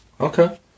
Okay